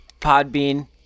Podbean